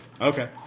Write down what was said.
Okay